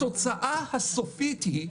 התוצאה הסופית היא,